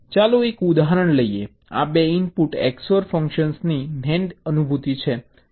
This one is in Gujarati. ચાલો એક ઉદાહરણ લઈએ આ 2 ઇનપુટ XOR ફંક્શનની NAND અનુભૂતિ છે